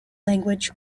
language